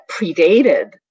predated